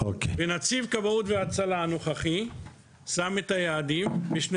נציב כבאות והצלה הנוכחי הציב יעדים בשני